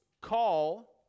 call